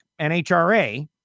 NHRA